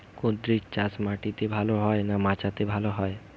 কুঁদরি চাষ মাটিতে ভালো হয় না মাচাতে ভালো হয়?